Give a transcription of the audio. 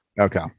Okay